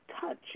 touch